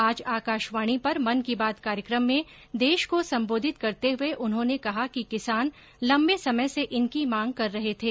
आज आकाशवाणी पर मन की बात कार्यक्रम में देश को संबोधित करते हुए उन्होंने कहा कि किसान लंबे समय से इनकी मांग कर रहे थे